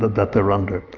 that they're under.